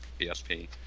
PSP